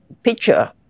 picture